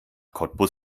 cottbus